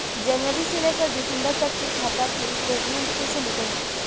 जनवरी से लेकर दिसंबर तक के खाता के स्टेटमेंट कइसे निकलि?